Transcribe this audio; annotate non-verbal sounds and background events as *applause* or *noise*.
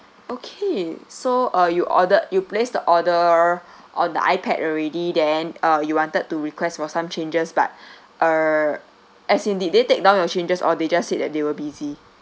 okay so uh you ordered you placed the order *breath* on the iPad already then uh you wanted to request for some changes but *breath* err as in did they take down your changes or they just said that they were busy